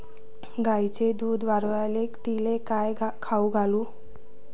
गायीचं दुध वाढवायले तिले काय खाऊ घालू?